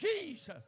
Jesus